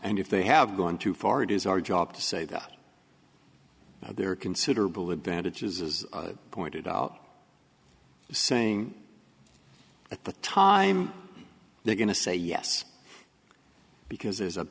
and if they have gone too far it is our job to say that there are considerable advantages as pointed out saying at the time they're going to say yes because there's a